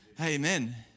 Amen